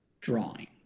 drawing